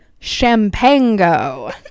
Champango